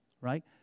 right